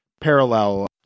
parallel